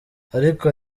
ariko